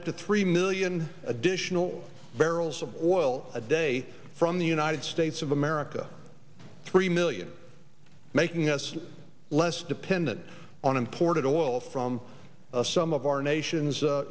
up to three million additional variables of oil a day from the united states of america three million making us less dependent on imported oil from some of our nations